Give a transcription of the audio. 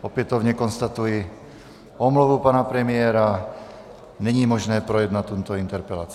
Opětovně konstatuji omluvu pana premiéra, není možné projednat tuto interpelaci.